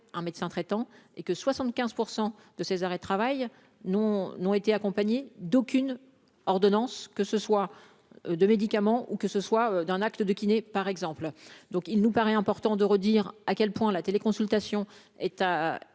un médecin traitant, et que 75 % de ces arrêts de travail non non été accompagnés d'aucune ordonnance que ce soit de médicaments ou que ce soit d'un acte de kiné, par exemple, donc il nous paraît important de redire à quel point la téléconsultation et